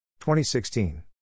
2016